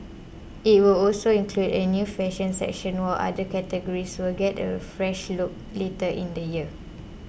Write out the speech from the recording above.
it will also include a new fashion section while other categories will get a fresh look later in the year